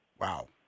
Wow